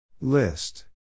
List